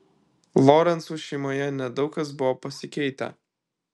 lorencų šeimoje nedaug kas buvo pasikeitę